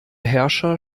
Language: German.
herrscher